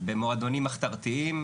במועדונים מחתרתיים,